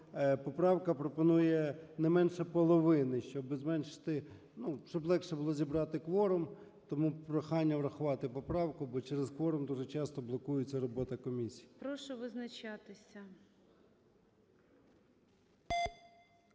поправка пропонує не менше половини, щоби зменшити… ну, щоби легше було зібрати кворум. Тому прохання врахувати поправку, бо через кворум дуже часто блокується робота комісії.